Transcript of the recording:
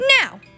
Now